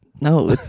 No